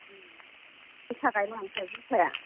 जोसा गायबावनोसै जोसाया